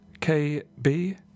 KB